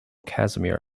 casimir